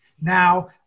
Now